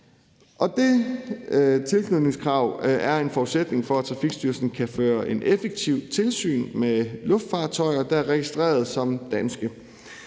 Det tilknytningskrav er en forudsætning for, at Trafikstyrelsen kan føre et effektivt tilsyn med luftfartøjer, der er registreret som danske.